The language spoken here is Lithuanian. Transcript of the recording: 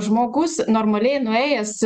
žmogus normaliai nuėjęs